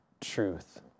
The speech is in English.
truth